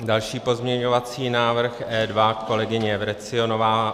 Další pozměňovací návrh E2 kolegyně Vrecionové.